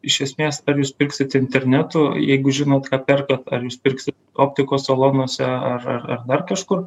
iš esmės ar jūs pirksit internetu jeigu žinot ką perkat ar jūs pirksit optikos salonuose ar ar ar dar kažkur